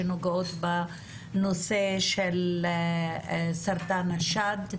שנוגעות בנושא של סרטן השד,